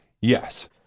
Yes